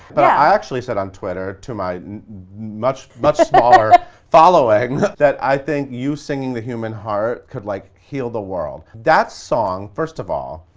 but, i actually said on twitter to my much much smaller following that i think you singing the human heart could like heal the world. that song, first of all,